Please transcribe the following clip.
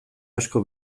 asko